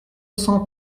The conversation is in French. cent